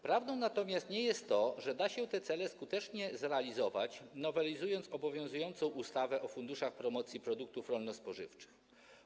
Prawdą natomiast nie jest to, że da się te cele skutecznie zrealizować, nowelizując obowiązującą ustawę o funduszach promocji produktów rolno-spożywczych.